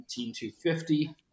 18,250